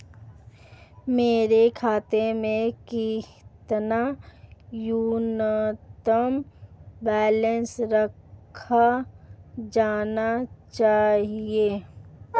मेरे खाते में कितना न्यूनतम बैलेंस रखा जाना चाहिए?